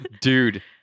dude